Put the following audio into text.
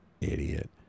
Idiot